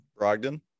Brogdon